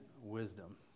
wisdom